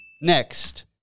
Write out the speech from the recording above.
Next